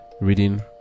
reading